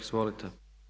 Izvolite.